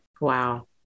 Wow